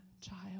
child